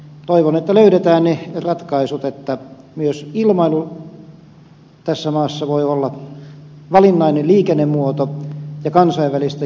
toivon että löydetään ne ratkaisut että myös ilmailu tässä maassa voi olla valinnainen liikennemuoto ja kansainvälisten jatkoyhteyksien käyttämä